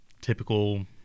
typical